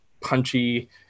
punchy